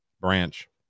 branch